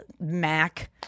Mac